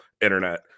internet